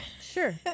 Sure